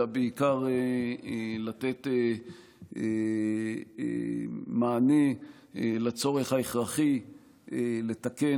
אלא בעיקר לתת מענה לצורך ההכרחי לתקן